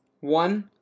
One